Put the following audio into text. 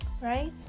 right